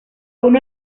uno